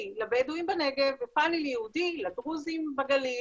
לבדואים בנגב ופאנל ייעודי לדרוזים בגליל,